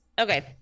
Okay